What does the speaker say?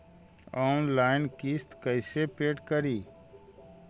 Online किस्त कैसे paid करि?